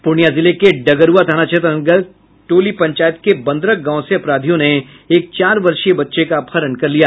पूर्णियां जिले के डगरूआ थाना क्षेत्र अंतर्गत टोली पंचायत के बंदरक गांव से अपराधियों ने एक चार वर्षीय बच्चे का अपहरण कर लिया